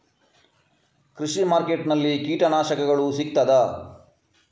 ಕೃಷಿಮಾರ್ಕೆಟ್ ನಲ್ಲಿ ಕೀಟನಾಶಕಗಳು ಸಿಗ್ತದಾ?